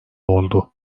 oldu